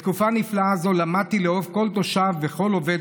בתקופה נפלאה זו למדתי לאהוב כל תושב וכל עובד